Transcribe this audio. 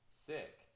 sick